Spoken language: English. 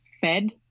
fed